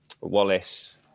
Wallace